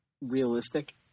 realistic